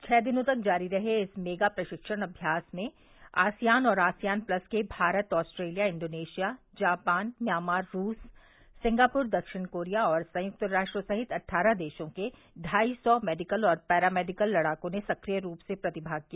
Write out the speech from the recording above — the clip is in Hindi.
छः दिनों तक जारी रहे इस मेगा प्रशिक्षण अभ्यास में आसियान और असियान प्लस के Bharat Australia Indonesia Japan Myanmar रूस सिंगापूर दक्षिण कोरिया और संयुक्त राष्ट्र सहित अठगरह देशों के ढाई सौ मेडिकल और पैरामेडिकल लड़ाकों ने सक्रिय रूप से प्रतिभाग किया